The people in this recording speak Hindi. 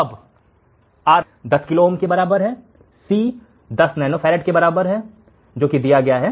अब R 10 किलो ओम के बराबर दिया गया है C 10 नैनोफारड के बराबर फिर से दिया गया है